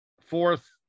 Fourth